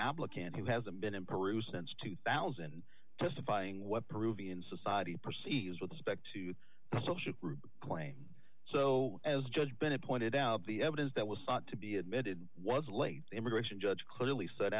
applicant who hasn't been in peru since two thousand testifying what peruvian society perceives with respect to social claim so as judge bennett pointed out the evidence that was sought to be admitted was late immigration judge clearly set